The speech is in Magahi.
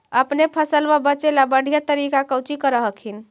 अपने फसलबा बचे ला बढ़िया तरीका कौची कर हखिन?